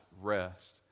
rest